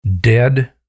dead